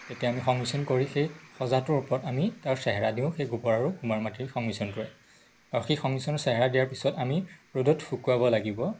তেতিয়া আমি সংমিশ্ৰণ কৰি সেই সজাটোৰ ওপৰত আমি তাৰ চেহেৰা দিওঁ সেই গোবৰ আৰু কুমাৰ মাটিৰ সংমিশ্ৰণ কৰি আৰু সেই সংমিশ্ৰণৰ চেহৰা দিয়াৰ পিছত আমি ৰ'দত শুকুৱাব লাগিব